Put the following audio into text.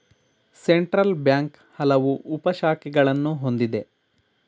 central bank ಹಲವು ಉಪ ಶಾಖೆಗಳನ್ನು ಹೊಂದಿದೆ